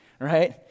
Right